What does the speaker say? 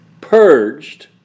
purged